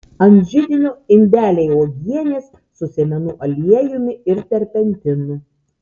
ant židinio indeliai uogienės su sėmenų aliejumi ir terpentinu